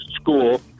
school